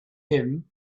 him